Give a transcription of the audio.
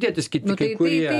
dėtis kiti kai kurie